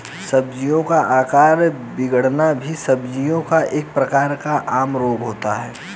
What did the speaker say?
सब्जियों का आकार बिगड़ना भी सब्जियों का एक प्रकार का आम रोग होता है